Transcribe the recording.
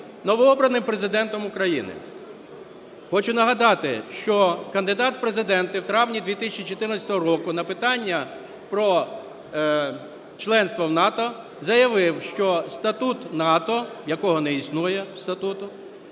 новообраним Президентом України. Хочу нагадати, що кандидат в Президенти в травні 2014 року на питання про членство в НАТО заявив, що статут НАТО, якого не існує, статуту,